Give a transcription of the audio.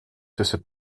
tussen